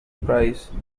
prize